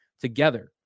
together